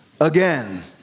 again